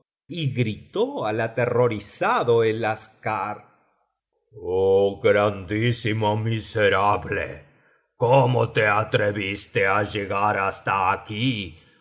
y gritó al aterrorizado el aschar oh grandísimo miserable cómo te atreviste á llegar hasta aquí oh